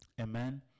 Amen